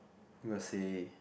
gonna say